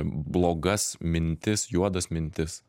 blogas mintis juodas mintis